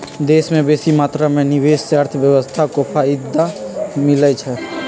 देश में बेशी मात्रा में निवेश से अर्थव्यवस्था को फयदा मिलइ छइ